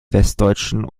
westdeutschen